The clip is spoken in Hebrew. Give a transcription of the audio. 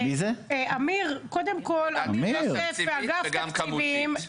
גם מבחינה תקציבית וגם כמותית.